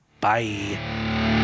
Bye